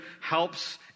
helps